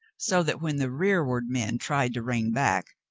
so that when the rearward men tried to rein back,